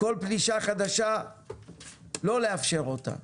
כל פלישה חדשה לא לאפשר אותה,